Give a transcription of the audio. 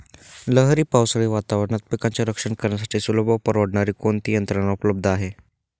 लहरी पावसाळी वातावरणात पिकांचे रक्षण करण्यासाठी सुलभ व परवडणारी कोणती यंत्रणा उपलब्ध आहे?